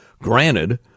granted